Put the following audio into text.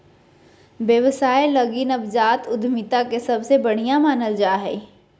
व्यवसाय लगी नवजात उद्यमिता के सबसे बढ़िया मानल जा हइ